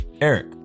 Eric